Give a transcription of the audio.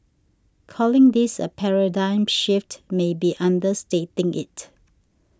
calling this a paradigm shift may be understating it